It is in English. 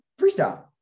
freestyle